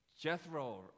Jethro